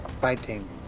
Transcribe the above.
fighting